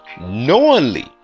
knowingly